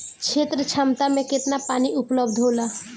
क्षेत्र क्षमता में केतना पानी उपलब्ध होला?